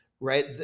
right